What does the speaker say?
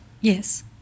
Yes